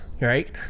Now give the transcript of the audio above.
right